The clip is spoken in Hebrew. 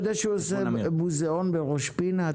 אתה יודע שהוא עושה מוזיאון בראש פינה?